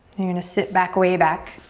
you're gonna sit back, way back,